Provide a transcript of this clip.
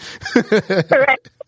Correct